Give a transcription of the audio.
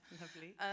Lovely